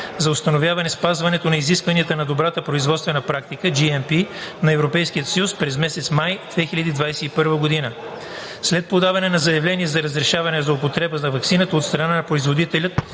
за установяване спазването на изискванията на Добрата производствена практика (GMP) на Европейския съюз през месец май 2021 г. След подаване на заявление за разрешаване за употреба на ваксината от страна на производителя